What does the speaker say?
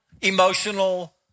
emotional